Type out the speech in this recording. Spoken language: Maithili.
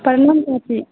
प्रणाम चाची